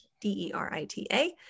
D-E-R-I-T-A